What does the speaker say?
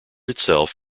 itself